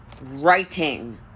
writing